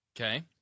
Okay